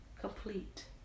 complete